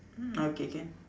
hmm okay can